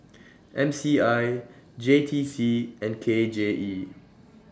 M C I J T C and K J E